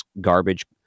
garbage